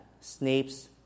Snape's